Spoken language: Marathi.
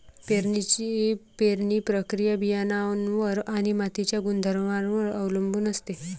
पेरणीची पेरणी प्रक्रिया बियाणांवर आणि मातीच्या गुणधर्मांवर अवलंबून असते